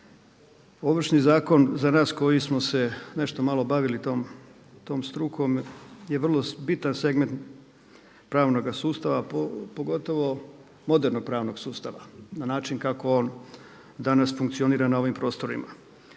Ovršni zakon za nas koji smo se nešto malo bavili tom strukom je vrlo bitan segment pravnoga sustava pogotovo modernog pravnog sustava na način kako on danas funkcionira na ovim prostorima.